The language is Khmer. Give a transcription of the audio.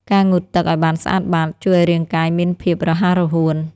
ការងូតទឹកឱ្យបានស្អាតបាត ជួយឱ្យរាងកាយមានភាពរហ័សរហួន។